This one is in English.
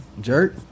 Jerk